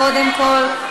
קודם כול,